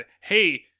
hey